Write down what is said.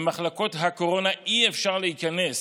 למחלקות הקורונה אי-אפשר להיכנס,